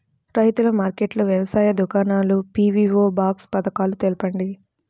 రైతుల మార్కెట్లు, వ్యవసాయ దుకాణాలు, పీ.వీ.ఓ బాక్స్ పథకాలు తెలుపండి?